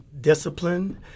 discipline